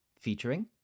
featuring